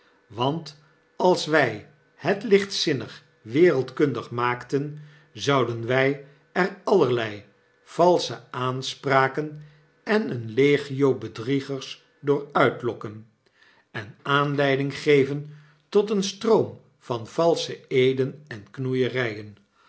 want als wij het lichtzinnig wereldkundig maakten zouden wg er allerlei valsche aanspraken en een legio bedriegers door uitlokken en aanleiding geven tot een stroom van valsche eeden en knoeiergen